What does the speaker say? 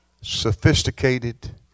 sophisticated